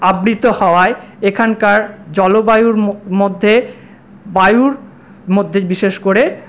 আবৃত হওয়ায় এখানকার জলবায়ুর মধ্যে বায়ুর মধ্যে বিশেষ করে